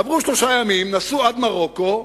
עברו שלושה ימים, נסעו עד מרוקו,